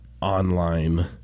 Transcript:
online